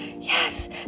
yes